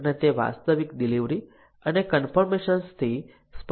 અને તે વાસ્તવિક ડિલિવરી અને કન્ફોર્મેશનથી સ્પષ્ટીકરણોથી અલગ છે